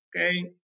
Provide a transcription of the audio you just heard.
okay